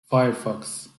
firefox